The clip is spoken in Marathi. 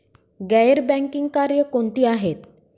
गैर बँकिंग कार्य कोणती आहेत?